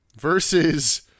versus